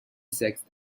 sixth